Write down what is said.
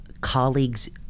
colleagues